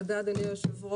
תודה, אדוני היושב-ראש.